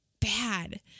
bad